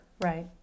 Right